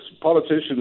politicians